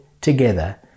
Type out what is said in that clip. together